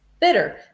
bitter